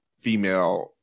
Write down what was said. female